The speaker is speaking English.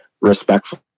respectful